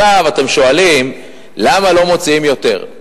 עכשיו אתם שואלים למה לא מוציאים יותר.